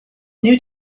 new